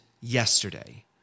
yesterday